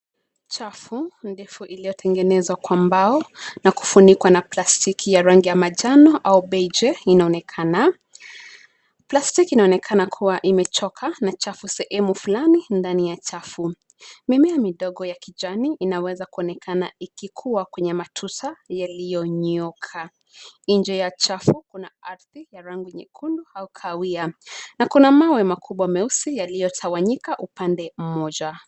Chafu ndefu iliotengenezwa kwa mbao na kufunikwa na plastiki ya rangi ya manjano au beige inaonekana. Plastiki inaonekana kuwa imechoka na chafu sehemu flani ndani ya chafu. Mimea midogo ya kijani inaweza kuonekana ikikua kwenye matusa yaliyonyooka. Nje ya chafu kuna ardhi ya rangi nyekundu au kahawia, na kuna mawe makubwa meusi yaliyotawanyika upande mmoja.